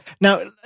Now